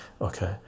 okay